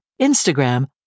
Instagram